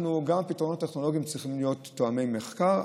גם הפתרונות הטכנולוגיים צריכים להיות תואמי מחקר.